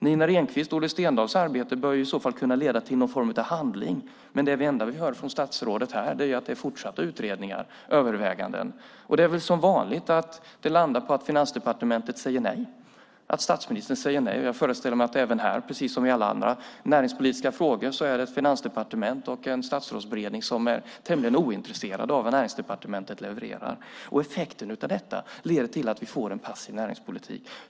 Nina Renqvists och Olle Stendahls arbete bör i så fall kunna leda till någon form av handling, men det enda vi hör från statsrådet här är att det är fortsatta utredningar och överväganden. Det är väl som vanligt att det landar på att Finansdepartementet och statsministern säger nej. Jag föreställer mig att det även här, precis som i alla andra näringspolitiska frågor, är Finansdepartementet och Statsrådsberedningen som är tämligen ointresserade av vad Näringsdepartementet levererar. Effekten av detta är att vi får en passiv näringspolitik.